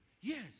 Yes